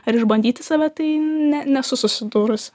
ar išbandyti save tai ne nesu sidūrusi